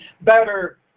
better